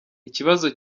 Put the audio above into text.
ikibazo